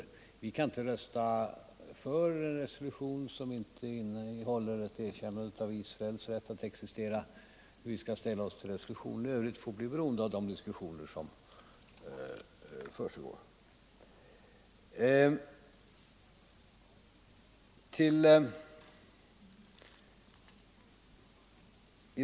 Mellersta Östern, Vi kan inte rösta för en resolution som inte innehåller ett erkännande = m.m. av Israels rätt att existera. Hur vi skall ställa oss till resolutionen i övrigt får bli beroende av de diskussioner som försiggår.